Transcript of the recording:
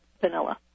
vanilla